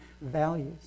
values